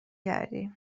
کردی